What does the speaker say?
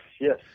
yes